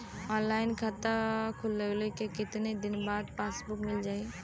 Online खाता खोलवईले के कितना दिन बाद पासबुक मील जाई?